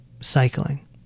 cycling